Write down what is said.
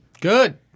Good